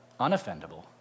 unoffendable